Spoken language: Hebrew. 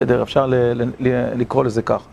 בסדר, אפשר לקרוא לזה כך.